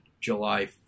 July